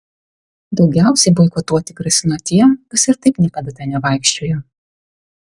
daugiausiai boikotuoti grasino tie kas ir taip niekada ten nevaikščiojo